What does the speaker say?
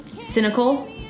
cynical